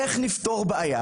איך נפתור את הבעיה?